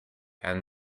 and